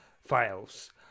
files